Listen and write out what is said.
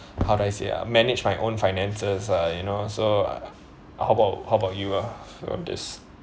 how do I say ah manage my own finances ah so you know so uh how about how about you ah of this